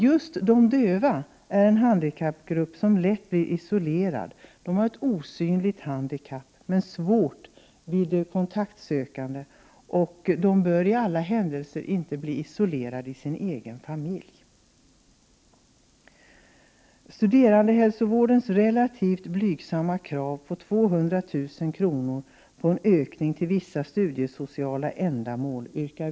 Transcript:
Just de döva är en handikappgrupp som lätt blir isolerad. De döva har ett osynligt handikapp men det är svårt vid kontaktsökande. De bör i alla händelser inte bli isolerade i sin egen familj. En relativt blygsam ökning med 200 000 kr. föreslås för studerandehälsovården.